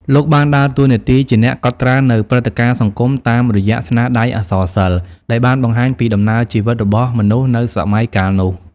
លោកបានដើរតួនាទីជាអ្នកកត់ត្រានូវព្រឹត្តិការណ៍សង្គមតាមរយៈស្នាដៃអក្សរសិល្ប៍ ដែលបានបង្ហាញពីដំណើរជីវិតរបស់មនុស្សនៅសម័យកាលនោះ។